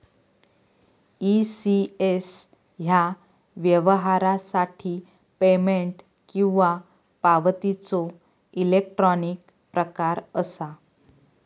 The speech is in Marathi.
ई.सी.एस ह्या व्यवहारासाठी पेमेंट किंवा पावतीचो इलेक्ट्रॉनिक प्रकार असा